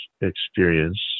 experience